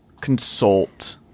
consult